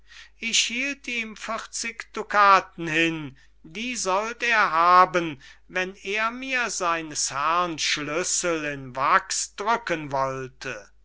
ich hielt ihm vierzig dukaten hin die sollt er haben wenn er mir seines herrn schlüssel in wachs drücken wollte